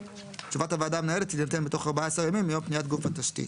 תשובת הוועדה המנהלת תינתן בתוך 14 ימים מיום פניית גוף התשתית.